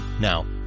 Now